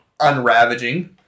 unravaging